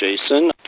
Jason